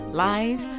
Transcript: live